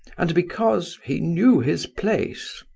and because he knew his place.